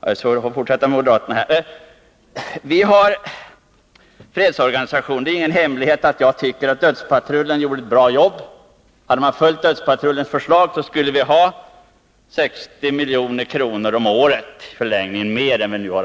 Jag fortsätter att vända mig till moderaterna. Vi har ju en fredsorganisation, och det är ingen hemlighet att jag tycker att dödspatrullen gjorde ett bra jobb. Hade vi följt dödspatrullens förslag, skulle vi i förlängningen ha haft 60 milj.kr. om året mer att röra oss med än vad vi nu har.